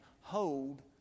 hold